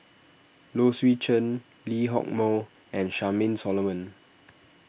Low Swee Chen Lee Hock Moh and Charmaine Solomon